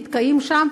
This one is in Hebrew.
נתקעים שם,